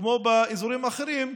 כמו באזורים האחרים.